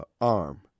arm